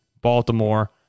Baltimore